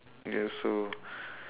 yes so